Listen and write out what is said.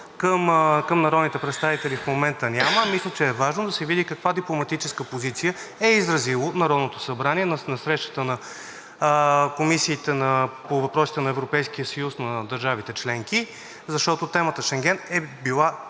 към народните представители в момента няма, а мисля, че е важно да се види каква дипломатическа позиция е изразило Народното събрание на срещата на комисиите по въпросите на Европейския съюз на държавите членки, защото темата Шенген е било